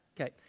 Okay